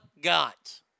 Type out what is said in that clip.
got